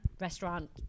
restaurant